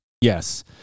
yes